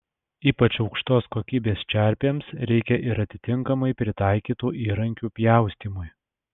ypač aukštos kokybės čerpėms reikia ir atitinkamai pritaikytų įrankių pjaustymui